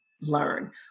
learn